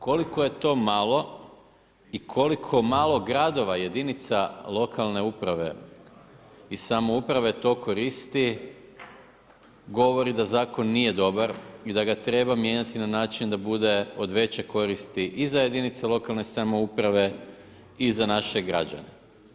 Koliko je to malo i koliko malo gradova jedinica lokalne uprave i samouprave to koristi govori da zakon nije dobar i da ga treba mijenjati na način da bude od veće koristi i za jedinice lokalne samouprave i za naše građane.